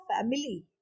family